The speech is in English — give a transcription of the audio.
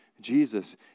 Jesus